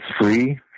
free